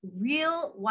Real